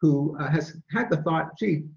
who has had the thought, gee,